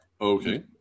Okay